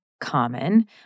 common